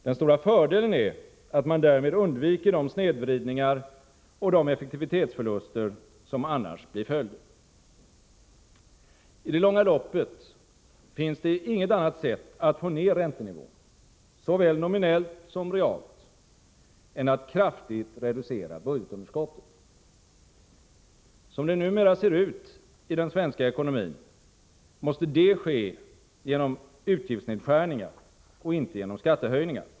Den stora fördelen är att man på detta sätt undviker de snedvridningar och effektivitetsförluster som annars blir följden. I det långa loppet finns det inget annat sätt att få ned räntenivån, såväl nominellt som realt, än att kraftigt reducera budgetunderskottet. Som det numera ser ut i den svenska ekonomin måste det ske genom utgiftsnedskärningar och inte genom skattehöjningar.